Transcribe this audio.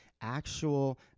actual